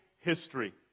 history